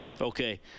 okay